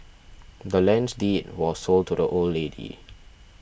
the land's deed was sold to the old lady